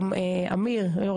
אמיר אוחנה,